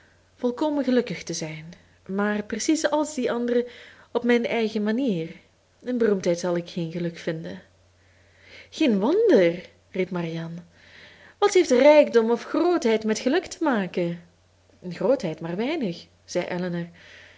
volkomen gelukkig te zijn maar precies als die anderen op mijn eigen manier in beroemdheid zal ik geen geluk vinden geen wonder riep marianne wat heeft rijkdom of grootheid met geluk te maken grootheid maar weinig zei